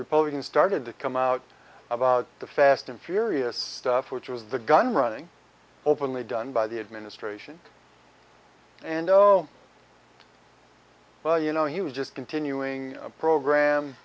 republicans started to come out about the fast and furious stuff which was the gun running openly done by the administration and oh well you know he was just continuing a program